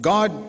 God